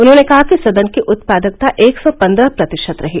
उन्होंने कहा कि सदन की उत्पादकता एक सौ पन्द्रह प्रतिशत रही